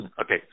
Okay